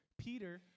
Peter